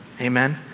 amen